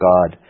God